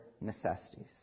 necessities